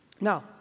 Now